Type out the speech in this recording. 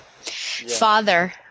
Father